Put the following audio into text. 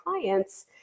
clients